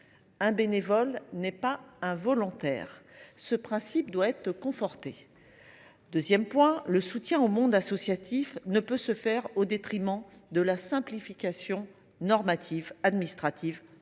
Un bénévole n’est pas un volontaire. Ce principe doit être conforté. Ensuite, le soutien au monde associatif ne peut se faire au détriment de la simplification normative et administrative pour les